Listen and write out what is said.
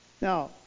Now